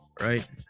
right